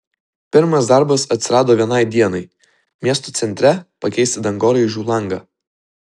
pirmas darbas atsirado vienai dienai miesto centre pakeisti dangoraižiui langą